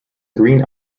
green